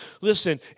listen